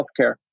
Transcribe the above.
healthcare